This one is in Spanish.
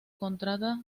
contrata